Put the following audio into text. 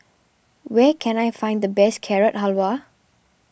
where can I find the best Carrot Halwa